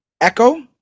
Echo